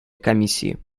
комиссии